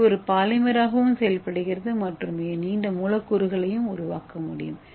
இது ஒரு பாலிமராகவும் செயல்படுகிறது மற்றும் மிக நீண்ட மூலக்கூறுகளை உருவாக்க முடியும்